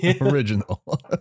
original